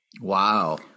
Wow